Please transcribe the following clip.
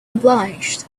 obliged